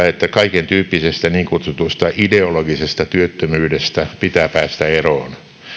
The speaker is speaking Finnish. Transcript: että kaikentyyppisestä niin kutsutusta ideologisesta työttömyydestä pitää päästä eroon